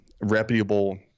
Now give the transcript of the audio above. reputable